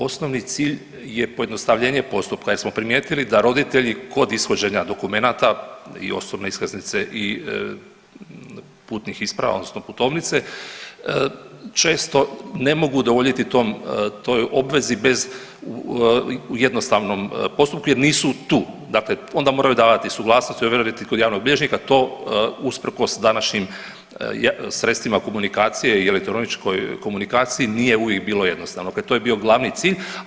Osnovni cilj je pojednostavljenje postupka jer smo primijetili da roditelji kod ishođenja dokumenata i osobne iskaznice i putnih isprava odnosno putovnice često ne mogu udovoljiti toj obvezi bez u jednostavnom postupku jer nisu tu, dakle onda moraju davati suglasnosti ovjeriti kod javnog bilježnika, to usprkos današnjim sredstvima komunikacije i elektroničkoj komunikaciji nije uvijek bilo jednostavno, dakle to je bio glavni cilj.